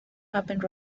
happened